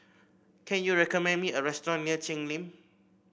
can you recommend me a restaurant near Cheng Lim